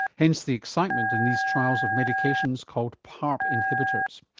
hence the excitement in these trials of medications called parp inhibitors.